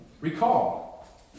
Recall